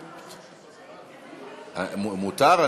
מותר?